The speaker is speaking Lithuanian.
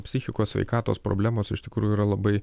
psichikos sveikatos problemos iš tikrųjų yra labai